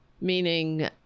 meaning